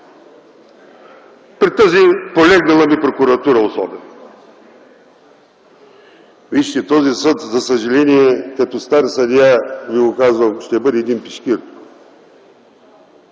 при тази полегнала ми Прокуратура. Вижте, този съд за съжаление, като стар съдия ви го казвам, ще бъде един пешкир,